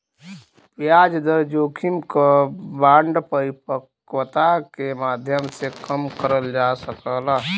ब्याज दर जोखिम क बांड परिपक्वता के माध्यम से कम करल जा सकला